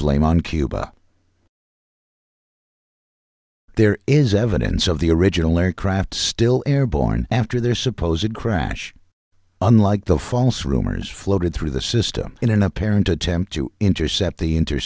blame on cuba there is evidence of the original aircraft still airborne after their supposed crash unlike the false rumors floated through the system in an apparent attempt to intercept the